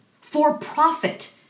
For-profit